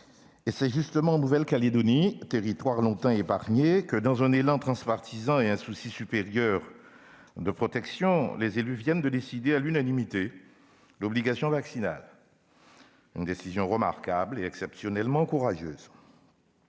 C'est justement en Nouvelle-Calédonie, territoire longtemps épargné, que, dans un élan transpartisan et dans un souci supérieur de protection, les élus viennent de décider à l'unanimité d'instaurer l'obligation vaccinale- décision remarquable et exceptionnellement courageuse.